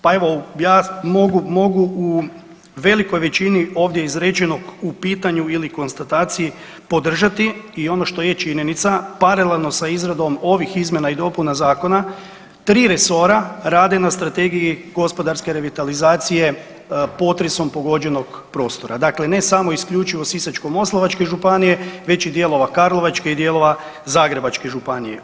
Pa evo, ja mogu, mogu u velikoj većini ovdje izrečenog u pitanju ili konstataciji podržati i ono što je činjenica paralelno sa izradom ovih izmjena i dopuna zakona tri resora rade na strategiji gospodarske revitalizacije potresom pogođenog prostora, dakle ne samo i isključivo Sisačko-moslavačke županije već i dijelova Karlovačke i dijelova Zagrebačke županije.